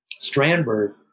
strandberg